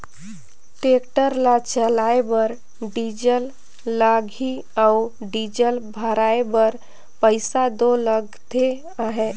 tractor ल चलाए बर डीजल लगही अउ डीजल भराए बर पइसा दो लगते अहे